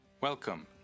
Welcome